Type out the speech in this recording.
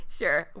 sure